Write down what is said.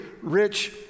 rich